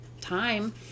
time